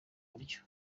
buryo